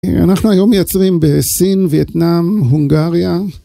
אנחנו היום מייצרים בסין, וייטנאם, הונגריה.